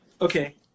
okay